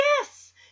yes